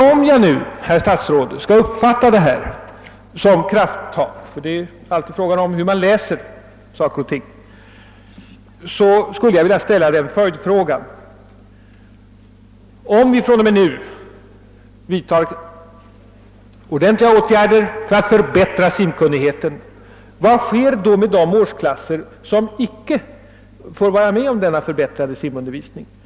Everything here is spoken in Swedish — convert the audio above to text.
Om jag nu, herr statsråd, skall uppfatta åtgärderna i fråga som krafttag — det är ju alltid fråga om hur man tolkar saker och ting — skulle jag vilja ställa en följdfråga: Om vi fr.o.m. nu vidtar ordentliga åtgärder för att förbättra simkunnigheten, vad händer då med de årsklasser som icke får vara med om denna förbättrade simundervisning?